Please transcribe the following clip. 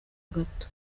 gato